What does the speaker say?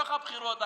בתוך הבחירות,